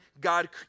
God